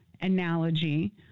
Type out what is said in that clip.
analogy